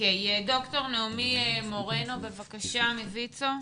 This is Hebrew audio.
דוקטור נעמי מורנו, ויצ"ו,